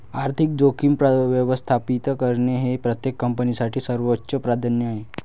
आर्थिक जोखीम व्यवस्थापित करणे हे प्रत्येक कंपनीसाठी सर्वोच्च प्राधान्य आहे